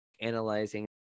analyzing